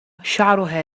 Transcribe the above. شعرها